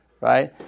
Right